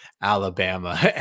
alabama